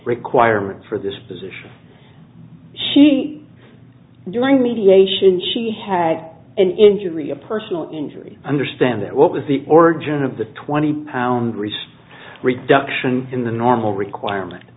requirements for this position she during mediation she had an injury a personal injury understand that what was the origin of the twenty pound risk reduction in the normal requirement